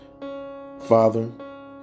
Father